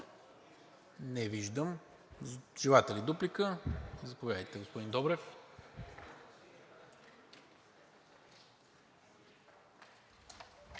Не виждам. Желаете ли дуплика? Заповядайте, господин Добрев.